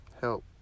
help